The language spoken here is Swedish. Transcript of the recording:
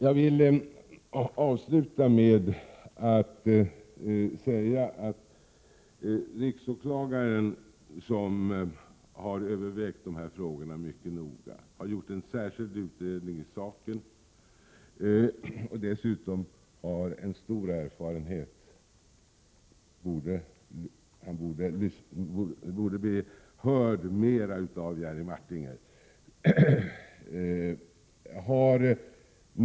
Jag vill avsluta med att säga att riksåklagaren har övervägt dessa frågor mycket noga, och han har gjort en särskild utredning i saken. Han har dessutom stor erfarenhet. Jerry Martinger borde lyssna mera på honom.